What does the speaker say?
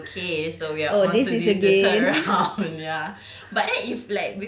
ya like okay so we're on to this the third round ya